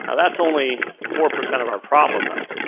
ah that's only four percent of our problem though.